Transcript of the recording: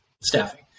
staffing